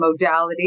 modalities